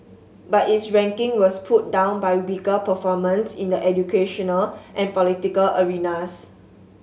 but its ranking was pulled down by weaker performance in the educational and political arenas